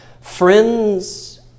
Friends